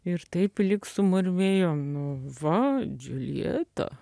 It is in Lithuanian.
ir taip lyg sumurmėjo nu va džiuljeta